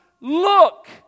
look